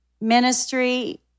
ministry